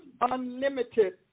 unlimited